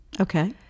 Okay